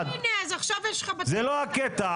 זה לא הקטע.